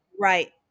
Right